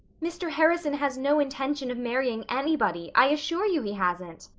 mr. harrison has no intention of marrying anybody. i assure you he hasn't.